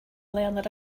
learner